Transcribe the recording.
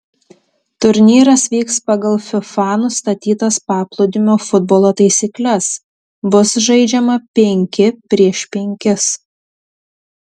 turnyras vyks pagal fifa nustatytas paplūdimio futbolo taisykles bus žaidžiama penki prieš penkis